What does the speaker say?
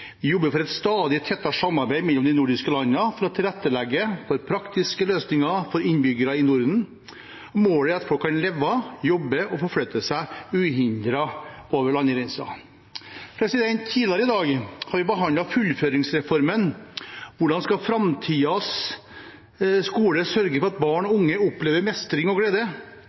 Vi jobber for et stadig tettere samarbeid mellom de nordiske landene for å tilrettelegge for praktiske løsninger for innbyggerne i Norden. Målet er at folk skal kunne leve, jobbe og forflytte seg uhindret over landegrensene. Tidligere i dag har vi behandlet fullføringsreformen. Hvordan skal framtidens skole sørge for at barn og unge opplever mestring og glede,